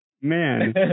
Man